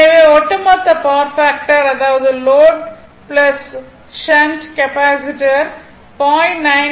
எனவே ஒட்டுமொத்த power factor அதாவது லோட் ஷன்ட் கெப்பாசிட்டர் 0